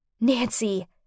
Nancy